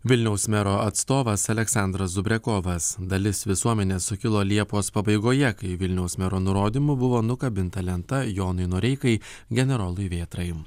vilniaus mero atstovas aleksandras zubrekovas dalis visuomenės sukilo liepos pabaigoje kai vilniaus mero nurodymu buvo nukabinta lenta jonui noreikai generolui vėtrai